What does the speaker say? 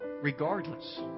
regardless